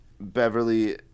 beverly